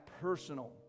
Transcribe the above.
personal